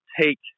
take